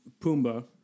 Pumbaa